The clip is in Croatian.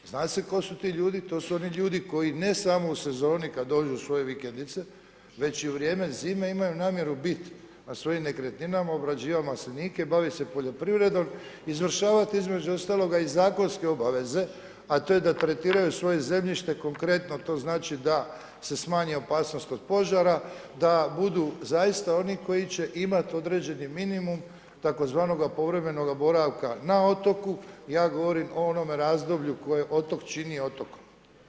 Zna se tko su ti ljudi, to su oni ljudi koji ne samo u sezoni kad dođu u svoje vikendice već i u vrijeme zime, imaju namjeru biti u svojim nekretninama, obrađivati maslinike, baviti se poljoprivredom, izvršavati između ostaloga i zakonske obaveze a to je da tretiraju svoje zemljište, konkretno to znači da se smanji opasnost od požara, da budu zaista oni koji će imati određeni minimum tzv. povremenoga boravka na otoku, ja govorim o onome razdoblju koje otok čini otok.